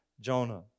Jonah